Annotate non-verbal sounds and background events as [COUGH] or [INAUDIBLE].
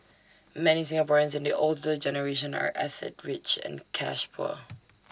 many Singaporeans in the older generation are asset rich and cash poor [NOISE]